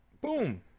Boom